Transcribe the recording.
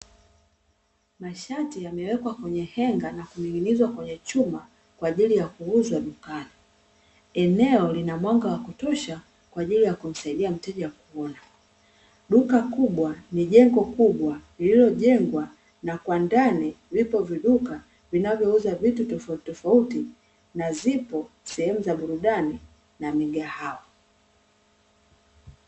Mashati yamewekwa kwenye heng'a na kuning'inizwa kwenye chuma kwa ajili ya kuuzwa dukani. Eneo lina mwanga wa kutosha kwa ajili ya kumsaidia mteja kuona. Duka kubwa ni jengo kubwa lililojengwa, na kwa ndani lipo viduka vinavyouza vitu tofautitofauti, na zipo sehemu za burudani na migahawa.